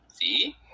See